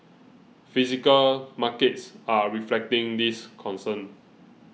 physical markets are reflecting this concern